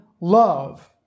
love